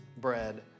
bread